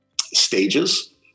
stages